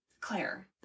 Claire